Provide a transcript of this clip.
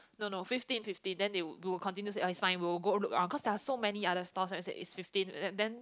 no no fifteen fifteen then they will we will continue say uh it's fine we will go look around cause there's so many other stalls then we said it's fifteen then